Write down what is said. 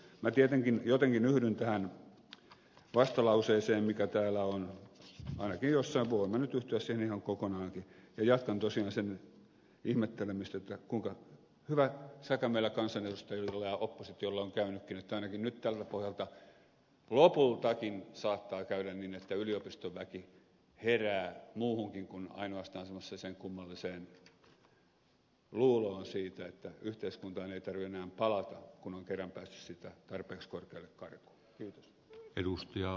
minä tietenkin jotenkin yhdyn tähän vastalauseeseen mikä täällä on ainakin jossain tai voin minä nyt yhtyä siihen ihan kokonaankin ja jatkan tosiaan sen ihmettelemistä kuinka hyvä säkä meillä kansanedustajilla ja oppositiolla on käynytkin että ainakin nyt tältä pohjalta lopultakin saattaa käydä niin että yliopistoväki herää muuhunkin kuin ainoastaan sellaiseen kummalliseen luuloon siitä että yhteiskuntaan ei tarvitse enää palata kun on kerran päässyt sitä tarpeeksi korkealle karkuun